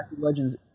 Legends